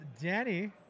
Danny